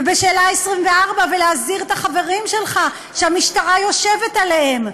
ובשאלה 24: ולהזהיר את החברים שלך שהמשטרה יושבת עליהם?